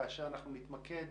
כאשר אנחנו נתמקד